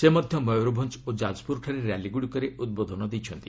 ସେ ମଧ୍ୟ ମୟରଭଞ୍ଜ ଓ ଯାଜପୁରଠାରେ ର୍ୟାଲିଗୁଡ଼ିକରେ ଉଦ୍ବୋଧନ ଦେଇଛନ୍ତି